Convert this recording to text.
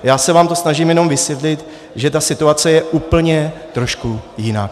Já se vám to snažím jenom vysvětlit, že ta situace je úplně trošku jiná.